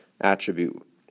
attribute